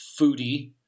foodie